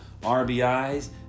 RBIs